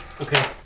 Okay